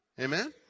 Amen